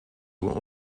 were